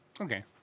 Okay